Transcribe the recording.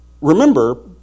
remember